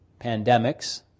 pandemics